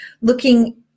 looking